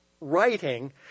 writing